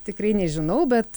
tikrai nežinau bet